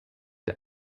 der